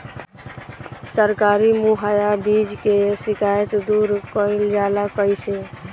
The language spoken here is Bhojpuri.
सरकारी मुहैया बीज के शिकायत दूर कईल जाला कईसे?